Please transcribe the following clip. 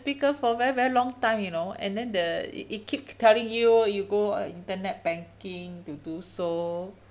speaker for very very long time you know and then the it it telling you you go uh internet banking to do so